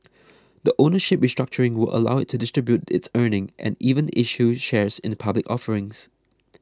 the ownership restructuring will allow it to distribute its earning and even issue shares in public offerings